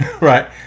Right